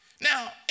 Now